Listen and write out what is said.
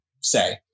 say